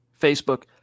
Facebook